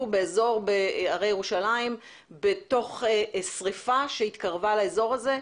באזור הרי ירושלים כששריפה התקרבה לאזור הזה.